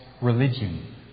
religion